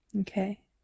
Okay